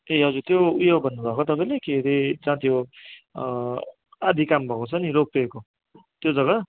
ए हजुर त्यो उयो भन्नुभएको तपाईँले के अरे जहाँ त्यो आदि काम भएको छ नि रोपवेको त्यो जग्गा